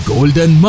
Golden